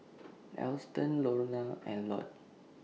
Alston Lorna and Lott